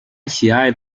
喜爱